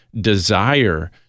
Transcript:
desire